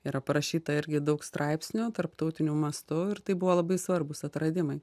yra parašyta irgi daug straipsnių tarptautiniu mastu ir tai buvo labai svarbūs atradimai